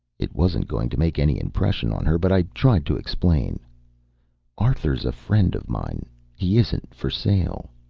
it wasn't going to make any impression on her, but i tried to explain arthur's a friend of mine. he isn't for sale.